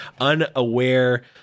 unaware